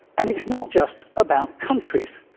and it's not just about countries.